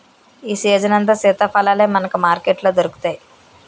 ఈ సీజనంతా సీతాఫలాలే మనకు మార్కెట్లో దొరుకుతాయి